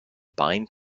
bind